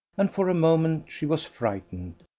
and for a moment she was frightened,